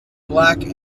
black